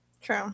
True